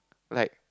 like